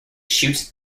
shoots